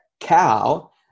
cow